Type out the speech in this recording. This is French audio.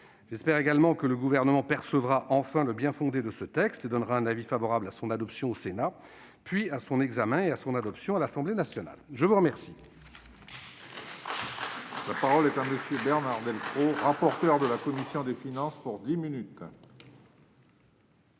J'espère également que le Gouvernement percevra enfin le bien-fondé de ce texte et donnera un avis favorable à son adoption au Sénat, puis à son examen et à son adoption l'Assemblée nationale. La parole